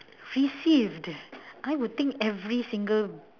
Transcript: received I would think every single